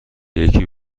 یکی